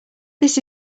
this